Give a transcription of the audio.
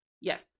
Yes